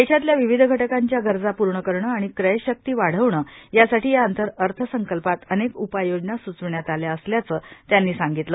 देशातल्या विविध घटकांच्या गरजा पूर्ण करणे आणि क्रयशक्ती वाढवणे यासाठी या अर्थसंकल्पात अनेक उपाययोजना स्चवण्यात आल्या असल्याचे त्यांनी सांगितले